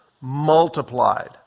multiplied